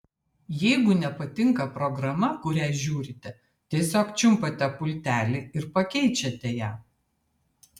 jeigu nepatinka programa kurią žiūrite tiesiog čiumpate pultelį ir pakeičiate ją